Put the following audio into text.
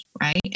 right